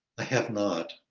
i have not.